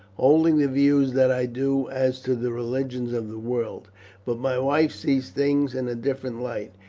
holding the views that i do as to the religions of the world but my wife sees things in a different light.